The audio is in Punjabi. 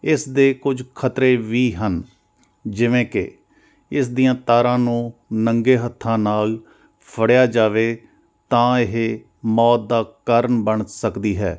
ਇਸ ਦੇ ਕੁਝ ਖਤਰੇ ਵੀ ਹਨ ਜਿਵੇਂ ਕਿ ਇਸ ਦੀਆਂ ਤਾਰਾਂ ਨੂੰ ਨੰਗੇ ਹੱਥਾਂ ਨਾਲ ਫੜਿਆ ਜਾਵੇ ਤਾਂ ਇਹ ਮੌਤ ਦਾ ਕਾਰਨ ਬਣ ਸਕਦੀ ਹੈ